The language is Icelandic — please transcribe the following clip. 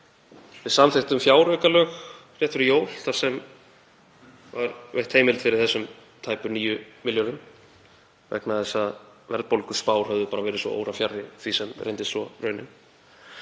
Við samþykktum fjáraukalög rétt fyrir jól þar sem var veitt heimild fyrir þessum tæpu 9 milljörðum vegna þess að verðbólguspár höfðu verið svo órafjarri því sem reyndist svo raunin.